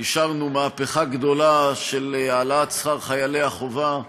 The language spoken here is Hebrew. אישרנו מהפכה גדולה של העלאת שכר חיילי החובה.